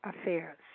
affairs